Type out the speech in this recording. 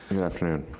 afternoon.